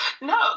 No